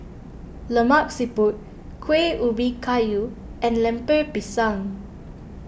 Lemak Siput Kueh Ubi Kayu and Lemper Pisang